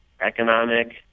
economic